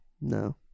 No